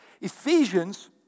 Ephesians